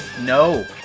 No